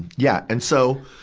yeah. and so,